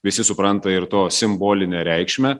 visi supranta ir to simbolinę reikšmę